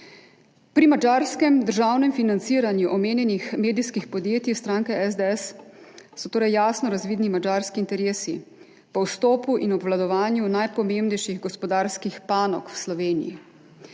Pri madžarskem državnem financiranju omenjenih medijskih podjetij stranke SDS so torej jasno razvidni madžarski interesi po vstopu in obvladovanju najpomembnejših gospodarskih panog v Sloveniji.